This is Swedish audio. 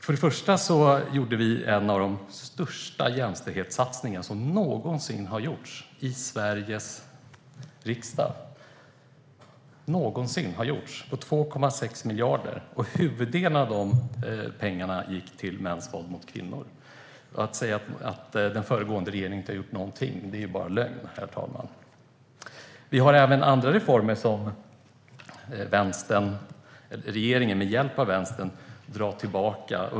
För det första fattade vi beslut om en av de största jämställdhetssatsningarna - 2,6 miljarder - som någonsin har gjorts här i Sveriges riksdag. Huvuddelen av de pengarna gick till arbetet mot mäns våld mot kvinnor. Att säga att den föregående regeringen inte gjorde någonting är därför bara lögn, herr talman. Vi genomförde även andra reformer som regeringen med hjälp av Vänstern nu drar tillbaka.